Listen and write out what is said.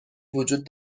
وجود